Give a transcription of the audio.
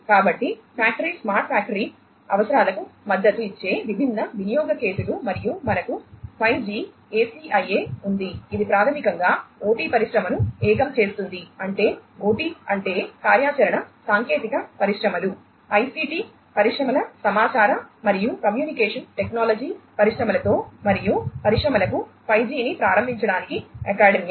కాబట్టి factory smart factory అవసరాలకు మద్దతు ఇచ్చే విభిన్న వినియోగ కేసులు మరియు మనకు 5G ACIA ఉంది ఇది ప్రాథమికంగా OT పరిశ్రమను ఏకం చేస్తుంది అంటే OT అంటే కార్యాచరణ సాంకేతిక పరిశ్రమలు ICT పరిశ్రమల సమాచార మరియు కమ్యూనికేషన్ టెక్నాలజీ పరిశ్రమలతో మరియు పరిశ్రమలకు 5G ని ప్రారంభించడానికి అకాడెమియా